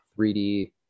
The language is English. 3d